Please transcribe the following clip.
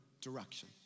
direction